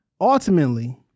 ultimately